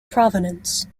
provence